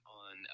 on